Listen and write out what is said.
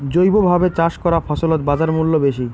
জৈবভাবে চাষ করা ফছলত বাজারমূল্য বেশি